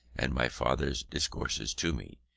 and my father's discourses to me,